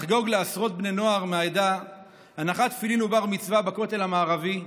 לחגוג לעשרות בני הנוער מהעדה הנחת תפילין ובר-מצווה בכותל המערבי.